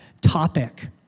topic